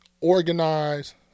organize